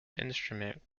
instrument